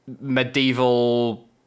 medieval